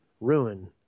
ruin